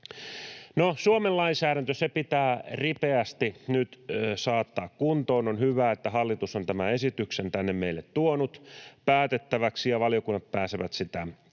Suomen lainsäädäntö pitää ripeästi nyt saattaa kuntoon. On hyvä, että hallitus on tämän esityksen tänne meille tuonut päätettäväksi ja valiokunnat pääsevät sitä